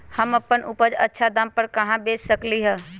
हम अपन उपज अच्छा दाम पर कहाँ बेच सकीले ह?